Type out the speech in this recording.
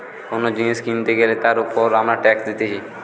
কোন জিনিস কিনতে গ্যালে তার উপর আমরা ট্যাক্স দিতেছি